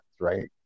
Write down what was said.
right